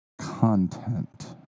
Content